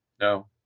no